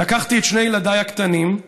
לקחתי את שני ילדיי הקטנים,